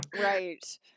Right